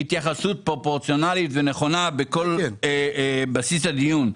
התייחסות פרופורציונאלית ונכונה בכל בסיס הדיון.